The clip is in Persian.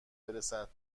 برسد